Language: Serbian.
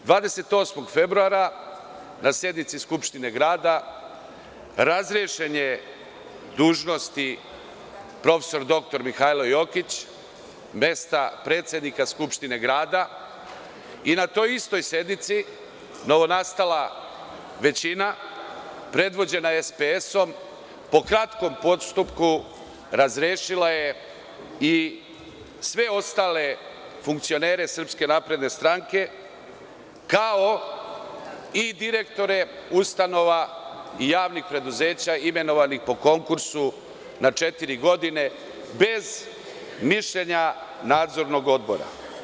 Dana 28. februara, na sednici Skupštine grada, razrešen je dužnosti profesor dr Mihajlo Jokić sa mesta predsednika Skupštine grada i na toj istoj sednici novonastala većina predvođena SPS po kratkom postupku razrešila je i sve ostale funkcionere SNS, kao i direktore ustanova i javnih preduzeća imenovanih po konkursu na četiri godine, bez mišljenja nadzornog odbora.